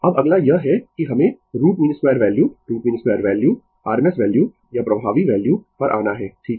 अब अगला यह है कि हमें root mean 2 value root mean 2 value r m s value या प्रभावी वैल्यू पर आना है ठीक है